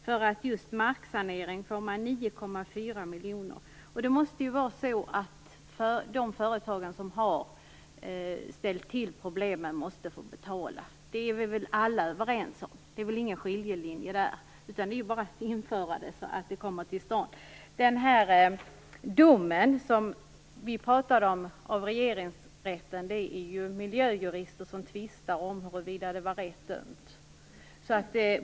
För just marksanering får man 9,4 miljoner. Det måste vara så att de företag som har ställt till problemen skall betala. Det är vi väl alla överens om. Det finns väl ingen skiljelinje där, utan det är bara att införa det, så att det kommer till stånd. Miljöjurister tvistar ju om huruvida det var rätt dömt i den dom i Regeringsrätten som vi pratar om.